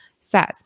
says